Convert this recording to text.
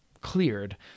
cleared